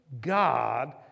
God